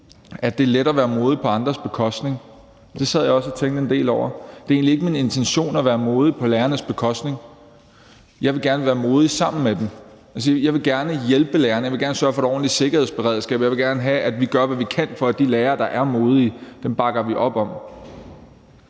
at det er let at være modig på andres bekostning. Det sad jeg også og tænkte en del over. Det er egentlig ikke min intention at være modig på lærernes bekostning. Jeg vil gerne være modig sammen med dem. Jeg vil gerne hjælpe lærerne, jeg vil gerne sørge for et ordentligt sikkerhedsberedskab. Jeg vil gerne have, at vi gør, hvad vi kan, for at bakke op om de lærere, der er modige.